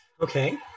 Okay